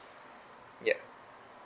yup